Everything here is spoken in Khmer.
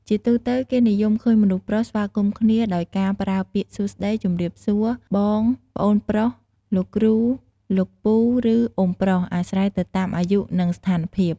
ជាទូទៅ គេនិយមឃើញមនុស្សប្រុសស្វាគមន៍គ្នា ដោយការប្រើពាក្យសួស្តី ជម្រាបសួរ បង ប្អូនប្រុស លោកគ្រូ លោកពូ ឬ អ៊ុំប្រុស អាស្រ័យទៅតាមអាយុ និងស្ថានភាព។